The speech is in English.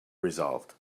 resolved